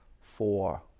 four